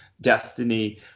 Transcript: destiny